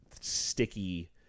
sticky